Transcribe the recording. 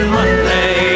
Monday